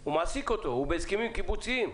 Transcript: הוא בהסכמים קיבוציים.